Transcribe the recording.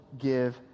give